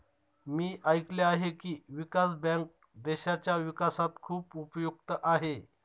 मी ऐकले आहे की, विकास बँक देशाच्या विकासात खूप उपयुक्त आहे